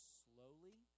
slowly